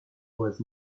was